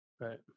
Right